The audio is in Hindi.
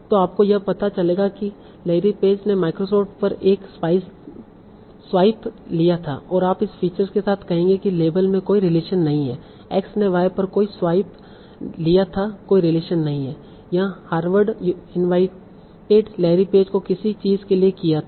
तो आपको यह पता चलेगा कि लैरी पेज ने माइक्रोसॉफ्ट पर एक स्वाइप लिया था और आप इस फीचर के साथ कहेंगे कि लेबल में कोई रिलेशन नहीं है X ने Y पर कोई स्वाइप लिया था कोई रिलेशन नहीं है यहां हार्वर्ड इनवाईटेड लैरी पेज को किसी चीज़ के लिए किया था